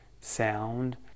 sound